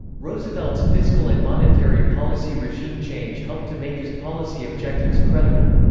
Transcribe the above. roosevelt's fiscal and monetary policy regime change helped to make his policy objectives credible.